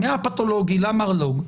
מהפתולוגי למרלו"ג.